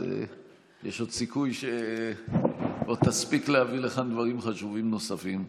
אז יש סיכוי שעוד תספיק להביא לכאן דברים חשובים נוספים.